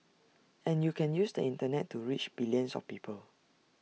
and you can use the Internet to reach billions of people